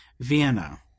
vienna